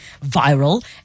viral